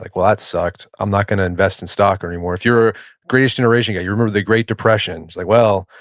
like well, that sucked. i'm not going to invest in stock anymore. if you're a greatest generation, yeah you remember the great depression, say, well,